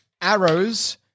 arrows